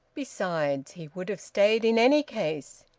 besides, he would have stayed in any case.